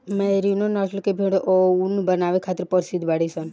merino नस्ल के भेड़ ऊन बनावे खातिर प्रसिद्ध बाड़ीसन